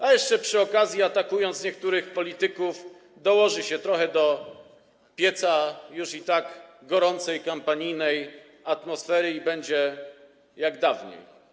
A jeszcze przy okazji, atakując niektórych polityków, dołoży się trochę do pieca już i tak gorącej kampanijnej atmosfery i będzie jak dawniej.